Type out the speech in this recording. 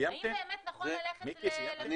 האם באמת נכון ללכת למגבלות?